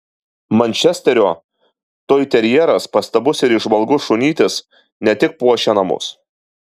mančesterio toiterjeras pastabus ir įžvalgus šunytis ne tik puošia namus